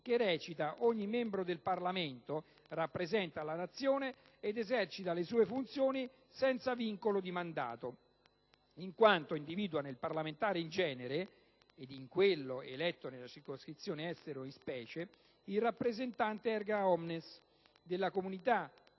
(che recita: «Ogni membro del Parlamento rappresenta la Nazione ed esercita le sue funzioni senza vincolo di mandato»), in quanto individua nel parlamentare in genere - ed in quello eletto nella circoscrizione Estero in specie - il rappresentante *erga omnes* delle comunità